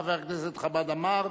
חבר הכנסת חמד עמאר,